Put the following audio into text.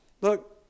Look